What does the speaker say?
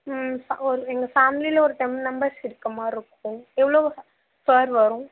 ம் ஒரு எங்கள் ஃபேமிலியில் ஒரு டென் மெம்பர்ஸ் இருக்கிற மாதிரி இருக்கும் எவ்வளோ வரும்